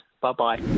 Bye-bye